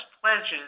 pledges